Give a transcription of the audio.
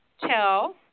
tell